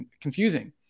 confusing